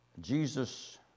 Jesus